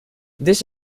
this